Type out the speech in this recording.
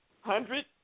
hundred